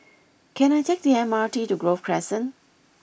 can I take the M R T to Grove Crescent